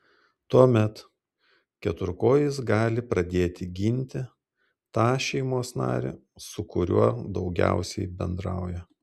tuomet keturkojis gali pradėti ginti tą šeimos narį su kuriuo daugiausiai bendrauja